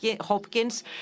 Hopkins